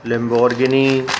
Lamborghini